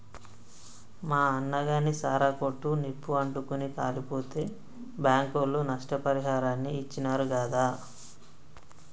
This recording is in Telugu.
మా అన్నగాని సారా కొట్టు నిప్పు అంటుకుని కాలిపోతే బాంకోళ్లు నష్టపరిహారాన్ని ఇచ్చినారు గాదా